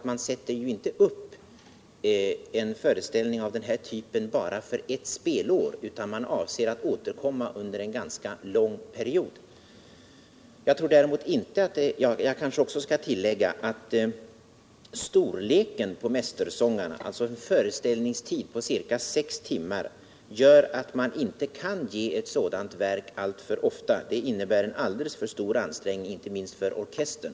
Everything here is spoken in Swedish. Man sätter inte upp en föreställning av den här typen bara för ett spelår, utan man avser att återkomma med den under en ganska lång period. Jag kanske också skall tillägga att storleken på Mästersångarna — det gäller en föreställningstid på ca sex timmar — gör att man inte kan ge ett sådant verk alltför ofta. Det skulle innebära en alledeles för stor ansträngning, inte minst för orkestern.